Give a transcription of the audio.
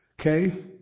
Okay